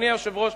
אדוני היושב-ראש,